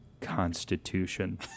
Constitution